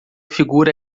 figura